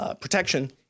Protection